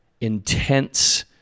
intense